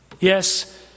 Yes